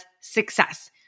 success